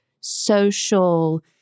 social